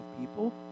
people